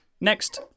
Next